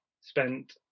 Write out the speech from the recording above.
spent